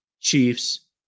Chiefs